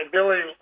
Billy